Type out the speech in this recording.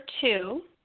two